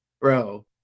bro